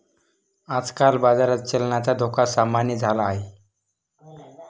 आजकाल बाजारात चलनाचा धोका सामान्य झाला आहे